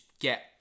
get